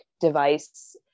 device